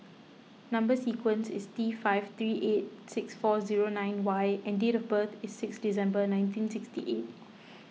Number Sequence is T five three eight six four zero nine Y and date of birth is six December nineteen sixty eight